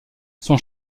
son